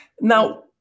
Now